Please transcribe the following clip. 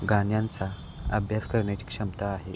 गाण्यांचा अभ्यास करण्याची क्षमता आहे